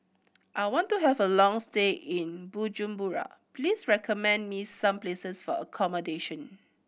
I want to have a long stay in Bujumbura Please recommend me some places for accommodation